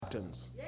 Captains